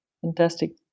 Fantastic